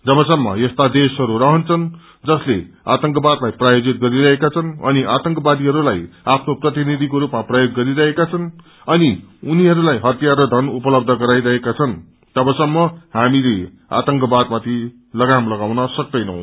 जबसम्प यस्ता देशहरू रहन्छन् जसेल आतंकवादलाई प्रायोजित गरिरहेका छन् अनि आतंकवादीहरूलाई आफ्नो प्रतिनिधिको रूपमा प्रयोग गरिरहेका छन् अनि उनीहरूलाई हतियार र धन उपलब्ध गराइरहेका छन् तवसम्म हामीले आतंकवादमाथि लागाम लगाउन सक्दैनौ